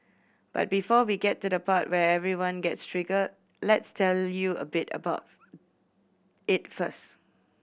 but before we get to the part where everyone gets triggered let's tell you a bit about it first